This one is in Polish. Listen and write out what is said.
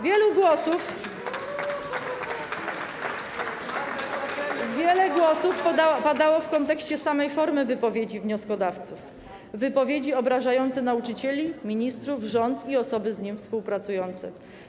Wiele głosów padało w kontekście samej formy wypowiedzi wnioskodawców, wypowiedzi obrażającej nauczycieli, ministrów, rząd i osoby z nim współpracujące.